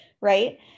right